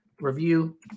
review